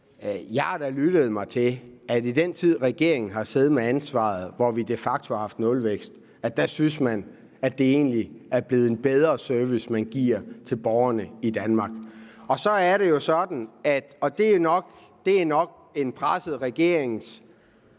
Jeg har da lyttet mig til, at i den tid, regeringen har siddet med ansvaret, og hvor vi de facto har haft nulvækst, synes man, at det er blevet en bedre service, der gives til borgerne i Danmark. Så er det sådan – det er jo nok en presset regerings